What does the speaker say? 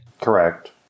Correct